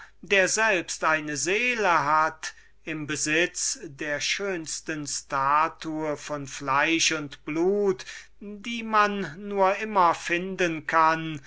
der selbst eine seele hat im besitz der schönsten statue von fleisch und blut die man nur immer finden kann